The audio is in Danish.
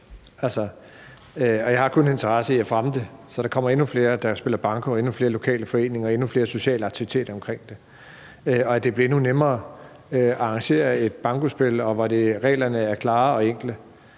jeg har kun interesse i at fremme det, så der kommer endnu flere, der spiller banko, endnu flere lokale foreninger og endnu flere sociale aktiviteter omkring det, og så det bliver endnu nemmere at arrangere et bankospil, hvor reglerne er klare og enkle.